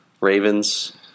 Ravens